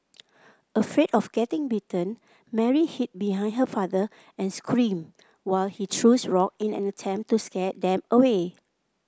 afraid of getting bitten Mary hid behind her father and screamed while he threw rock in an attempt to scare them away